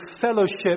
fellowship